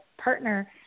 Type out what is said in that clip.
partner